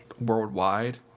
worldwide